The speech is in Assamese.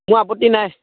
মোৰ আপত্তি নাই